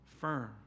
firm